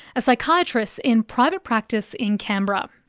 a psychiatrist in private practice in canberra.